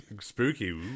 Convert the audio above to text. spooky